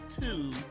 Two